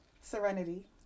Serenity